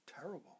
Terrible